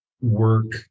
work